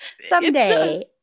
someday